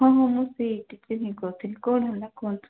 ହଁ ହଁ ମୁଁ ସେହି ଟିକି ହିଁ କରୁଥିଲି କ'ଣ ହେଲା କୁହନ୍ତୁ